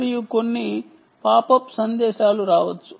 మరియు కొన్ని pop up సందేశం రావచ్చు